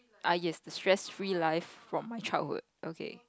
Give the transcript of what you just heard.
ah yes is stress free life from my childhood okay